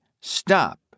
stop